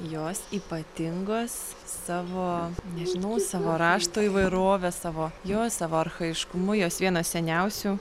jos ypatingos savo nežinau savo raštų įvairove savo jo savo archajiškumu jos vienos seniausių